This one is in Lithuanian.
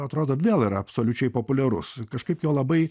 atrodo vėl yra absoliučiai populiarus kažkaip jo labai